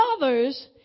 others